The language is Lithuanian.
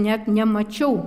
net nemačiau